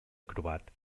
acrobat